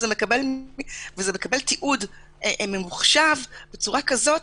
וזה מקבל תיעוד ממוחשב בצורה כזאת,